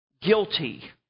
guilty